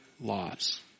laws